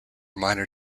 minor